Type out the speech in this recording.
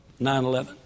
9-11